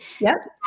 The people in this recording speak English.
Yes